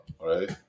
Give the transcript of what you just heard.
right